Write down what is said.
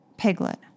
Piglet